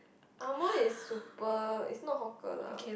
amoy is super is not hawker lah